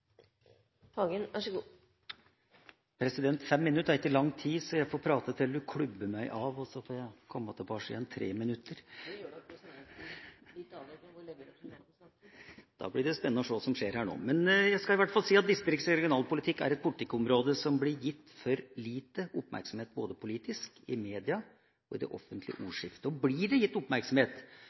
og så får jeg komme tilbake i et 3-minutters innlegg. Det gjør nok presidenten – litt avhengig av hvor lenge representanten snakker. Da blir det spennende å se hva som skjer her nå. Jeg skal i hvert fall si at distrikts- og regionalpolitikk er et politikkområde som blir gitt for lite oppmerksomhet, både politisk, i media og i det offentlige ordskiftet. Og blir det gitt oppmerksomhet,